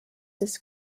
his